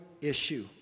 issue